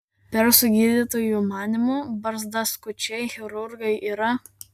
persų gydytojų manymu barzdaskučiai chirurgai yra